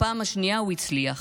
בפעם השנייה הוא הצליח.